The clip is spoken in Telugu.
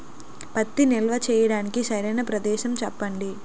పత్తి నిల్వ చేయటానికి సరైన ప్రదేశం చెప్పండి?